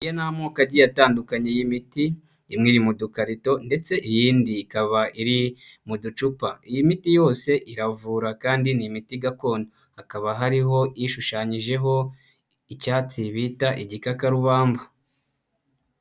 Aya ni amoko atandukanye y'imiti: imwe iri mu dukarito ndetse iyindi ikaba iri mu ducupa. Iyi miti yose iravura kandi ni imiti gakondo, hakaba hariho ishushanyijeho icyatsi bita igikakarubamba.